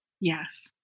Yes